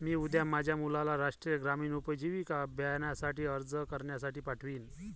मी उद्या माझ्या मुलाला राष्ट्रीय ग्रामीण उपजीविका अभियानासाठी अर्ज करण्यासाठी पाठवीन